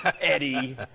Eddie